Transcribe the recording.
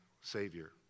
Savior